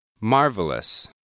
Marvelous